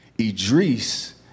Idris